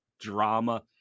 drama